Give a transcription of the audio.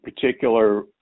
particular